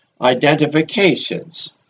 identifications